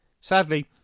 Sadly